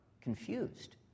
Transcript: confused